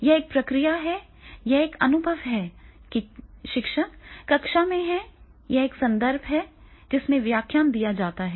यह एक प्रक्रिया है यह एक अनुभव है कि शिक्षक कक्षा में है यह एक संदर्भ है जिसमें व्याख्यान दिया जाता है